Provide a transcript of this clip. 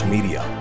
Media